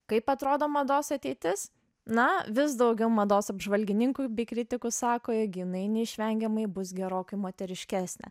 kaip atrodo mados ateitis na vis daugiau mados apžvalgininkų bei kritikų sako jog jinai neišvengiamai bus gerokai moteriškesnė